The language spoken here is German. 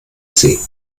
sie